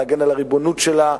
להגן על הריבונות שלה,